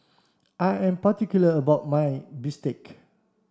I am particular about my Bistake